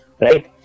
Right